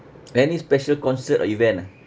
any special concert or event ah